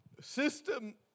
system